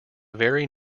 very